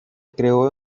creó